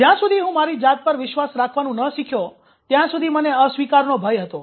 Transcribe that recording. જ્યાં સુધી હું મારી જાત પર વિશ્વાસ રાખવાનું ન શીખ્યો ત્યાં સુધી મને અસ્વીકારનો ભય હતો